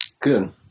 Good